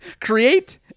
create